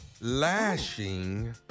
Lashing